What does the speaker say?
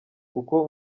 kuko